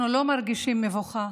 אנחנו לא מרגישים מבוכה,